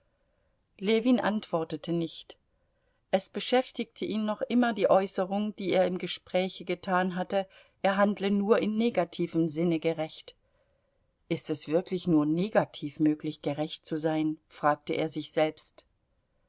ljewin antwortete nicht es beschäftigte ihn noch immer die äußerung die er im gespräche getan hatte er handle nur in negativem sinne gerecht ist es wirklich nur negativ möglich gerecht zu sein fragte er sich selbst